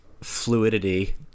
fluidity